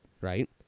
right